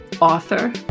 author